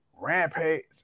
Rampage